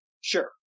Sure